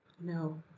no